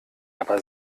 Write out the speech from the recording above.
aber